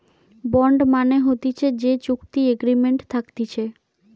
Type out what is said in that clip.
bond মানে হতিছে যে চুক্তি এগ্রিমেন্ট থাকতিছে